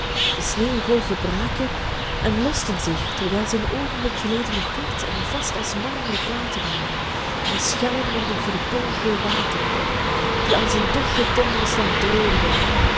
de sneeuwgolven braken en losten zich terwijl zij een oogenblik geleden nog glad en vast als marmeren platen waren in schuimende verbolgen wateren op die als een doffe donderslag dreunden